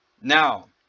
Now